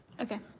Okay